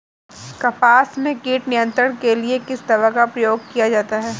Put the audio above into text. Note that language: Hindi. कपास में कीट नियंत्रण के लिए किस दवा का प्रयोग किया जाता है?